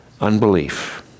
unbelief